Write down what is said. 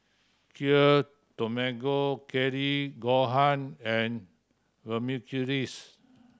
Kheer Tamago Kake Gohan and